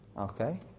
okay